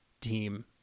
team